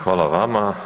Hvala vama.